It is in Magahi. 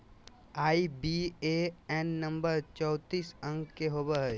आई.बी.ए.एन नंबर चौतीस अंक के होवो हय